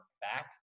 back